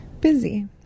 Busy